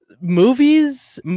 movies